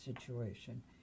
situation